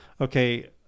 okay